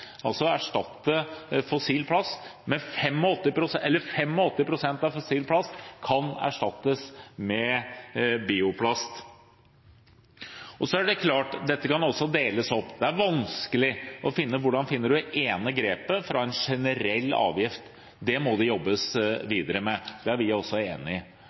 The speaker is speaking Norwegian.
erstatte 85 pst. av fossil plast med bioplast. Dette kan altså deles opp, det er vanskelig å finne ut hvordan man finner det ene grepet fra en generell avgift. Det må det jobbes videre med, det er vi også enig i.